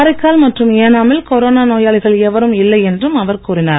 காரைக்கால் மற்றும் ஏனாமில் கொரோனா நோயாளிகள் எவரும் இல்லை என்றும் அவர் கூறினார்